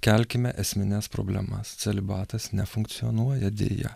kelkime esmines problemas celibatas nefunkcionuoja deja